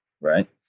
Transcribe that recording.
right